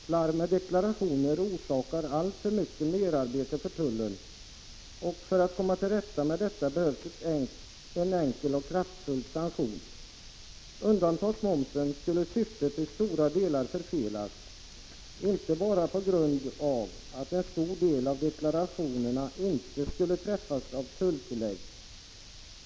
Slarv med deklarationer orsakar alltför mycket merarbete för tullen, och för att komma till rätta med detta behövs en enkel och kraftfull sanktion. Undantas momsen skulle syftet till stora delar förfelas, inte bara på grund av att en stor del av deklarationerna inte skulle träffas av tulltillägg.